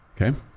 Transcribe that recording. Okay